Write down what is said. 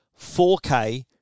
4K